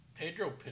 Pedro